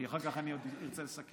כי אחר כך אני עוד ארצה לסכם.